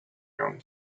ground